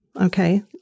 okay